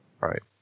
Right